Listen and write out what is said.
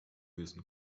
lösen